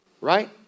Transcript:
Right